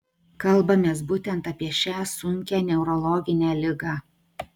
kalbamės būtent apie šią sunkią neurologinę ligą